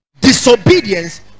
disobedience